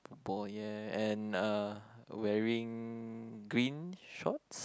boy yeah and uh wearing green shorts